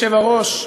אדוני היושב-ראש,